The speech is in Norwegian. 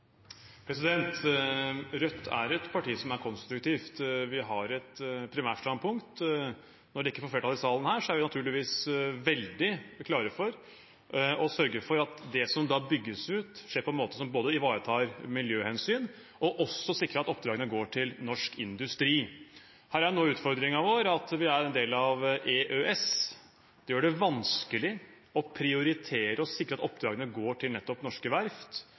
Rødt er et parti som er konstruktivt. Vi har et primærstandpunkt. Når det ikke får flertall i denne salen, er vi naturligvis veldig klare for å sørge for at det som da bygges ut, skjer på en måte som både ivaretar miljøhensyn og sikrer at oppdragene går til norsk industri. Her er nå utfordringen vår at vi er en del av EØS. Det gjør det vanskelig å prioritere og sikre at oppdragene går til nettopp norske verft.